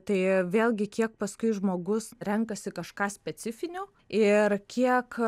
tai vėlgi kiek paskui žmogus renkasi kažką specifinio ir kiek